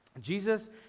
Jesus